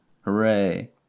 Hooray